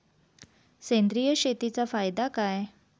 सेंद्रिय शेतीचा फायदा काय?